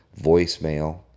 voicemail